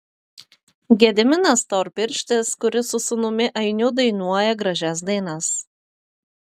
gediminas storpirštis kuris su sūnumi ainiu dainuoja gražias dainas